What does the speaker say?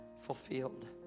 fulfilled